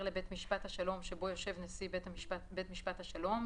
לבית משפט השלום שבו יושב נשיא בית משפט השלום,